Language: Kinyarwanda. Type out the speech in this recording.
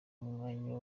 umwanya